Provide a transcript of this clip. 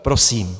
Prosím.